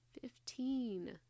fifteen